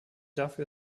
dafür